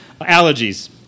Allergies